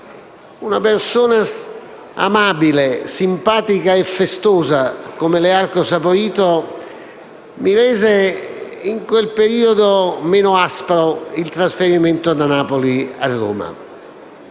una persona amabile, simpatica e festosa come Learco Saporito rese, in quel periodo, meno aspro il mio trasferimento da Napoli a Roma.